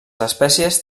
espècies